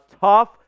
tough